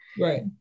Right